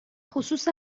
خصوص